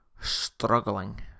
struggling